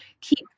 keep